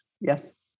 Yes